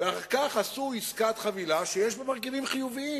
ואחר כך עשו עסקת חבילה, שיש בה מרכיבים חיוביים,